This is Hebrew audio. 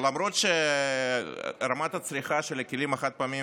למרות שרמת הצריכה של הכלים החד-פעמיים